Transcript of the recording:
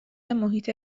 محیط